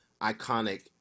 iconic